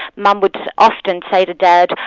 mum would often say to dad,